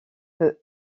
peut